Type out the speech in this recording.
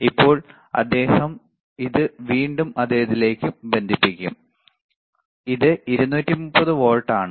ഇപ്പോൾ അദ്ദേഹം ഇത് വീണ്ടും അതേതിലേക്ക് ബന്ധിപ്പിക്കും ഇത് 230 വോൾട്ട് ആണ്